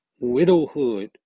Widowhood